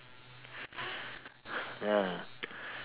ah